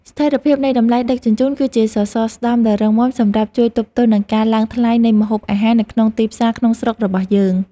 ស្ថិរភាពនៃតម្លៃដឹកជញ្ជូន គឺជាសសរស្តម្ភដ៏រឹងមាំសម្រាប់ជួយទប់ទល់នឹងការឡើងថ្លៃនៃម្ហូបអាហារនៅក្នុងទីផ្សារក្នុងស្រុករបស់យើង។